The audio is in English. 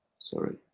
Sorry